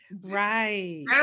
Right